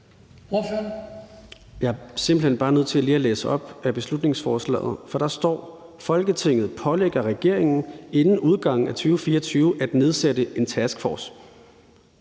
Jeg er simpelt hen bare nødt til lige at læse op fra beslutningsforslaget, for der står: »Folketinget pålægger regeringen inden udgangen af 2024 at nedsætte en taskforce...«.